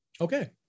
okay